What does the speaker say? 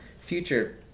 future